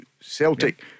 Celtic